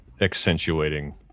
accentuating